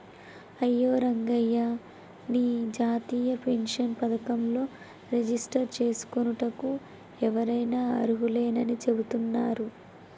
అయ్యో రంగయ్య నీ జాతీయ పెన్షన్ పథకంలో రిజిస్టర్ చేసుకోనుటకు ఎవరైనా అర్హులేనని చెబుతున్నారు